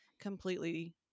Completely